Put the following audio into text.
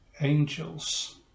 angels